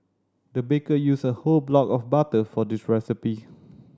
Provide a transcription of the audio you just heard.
the baker used a whole block of butter for this recipe